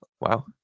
Wow